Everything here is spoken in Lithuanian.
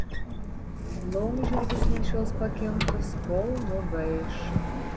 laumžirgis nešios pakinktus kol nugaiš